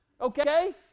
Okay